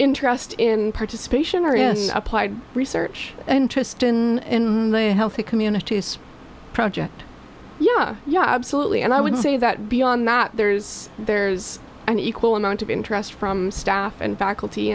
interest in participation or is applied research interest in healthy communities project yeah yeah absolutely and i would say that beyond that there's there's an equal amount of interest from staff and faculty